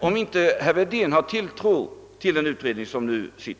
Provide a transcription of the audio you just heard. om herr Wedén inte har tilltro till den utredning som nu arbetar.